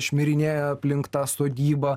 šmirinėja aplink tą sodybą